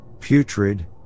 putrid